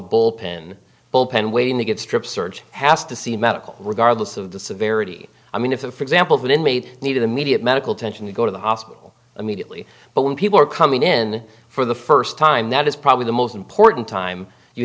bullpen bullpen waiting to get strip search has to see medical regardless of the severity i mean if for example the inmate needed immediate medical attention to go to the hospital immediately but when people are coming in for the first time that is probably the most important time you